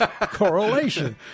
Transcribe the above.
correlation